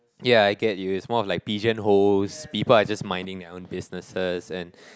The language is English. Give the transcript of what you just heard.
yeah I get you is more of like pigeon holes people are just minding their own businesses and